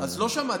אז לא שמעתי.